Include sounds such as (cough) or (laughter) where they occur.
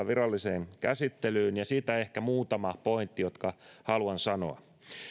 (unintelligible) viralliseen käsittelyyn ja siitä ehkä muutama pointti jotka haluan sanoa